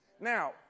Now